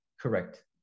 correct